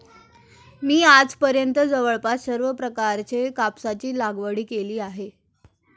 मी आजपर्यंत जवळपास सर्व प्रकारच्या कापसाची लागवड केली आहे